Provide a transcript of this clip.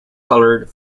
colored